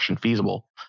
feasible